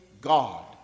God